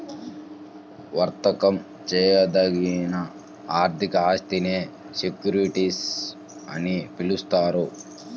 వర్తకం చేయదగిన ఆర్థిక ఆస్తినే సెక్యూరిటీస్ అని పిలుస్తారు